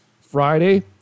Friday